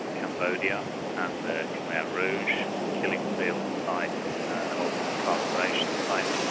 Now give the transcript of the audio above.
cambodia and the khmer rouge killing field sites and also incarceration sites.